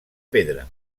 pedra